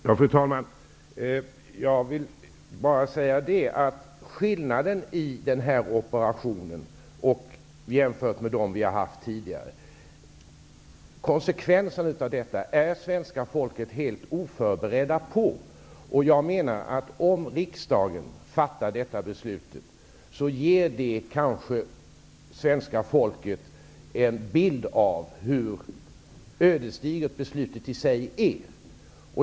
Fru talman! Jag vill bara säga att det är skillnad mellan denna operation och tidigare. Konsekvenserna av detta är svenska folket helt oförberett på. Jag menar att om riksdagen fattar detta beslut ger det kanske svenska folket en bild av hur ödesdigert beslutet i sig är.